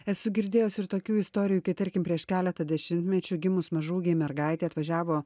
esu girdėjus ir tokių istorijų kai tarkim prieš keletą dešimtmečių gimus mažaūgei mergaitei atvažiavo